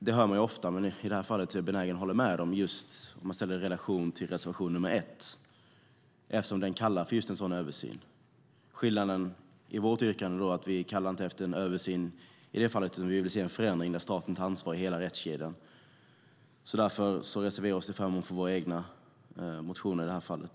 Det hör man ofta, och i det här fallet är jag benägen att hålla med eftersom man i reservation nr 1 föreslår just en sådan översyn. Vi föreslår inte en översyn i det fallet, utan vi vill se en förändring där staten tar ansvar i hela rättskedjan. Därför reserverar vi oss till förmån för våra egna motioner i det här fallet.